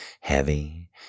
heavy